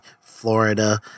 Florida